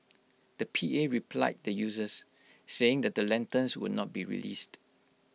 the P A replied the users saying that the lanterns would not be released